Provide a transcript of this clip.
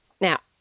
now